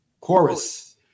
chorus